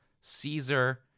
Caesar